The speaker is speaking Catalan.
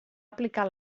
aplicar